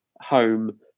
home